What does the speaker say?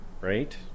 Right